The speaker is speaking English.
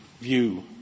view